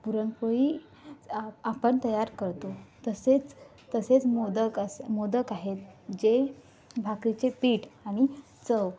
पुरणपोळी आपण तयार करतो तसेच तसेच मोदक अस मोदक आहेत जे भाकरीचे पीठ आणि चव